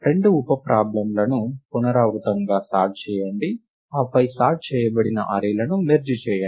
రెండు ఉప ప్రాబ్లమ్లను పునరావృతంగా సార్ట్ చేయండి ఆపై సార్ట్ చేయబడిన అర్రే లను మెర్జ్ చేయండి